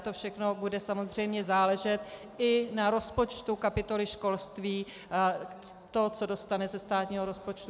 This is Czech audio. To všechno bude samozřejmě záležet i na rozpočtu kapitoly školství, na tom, co dostane ze státního rozpočtu.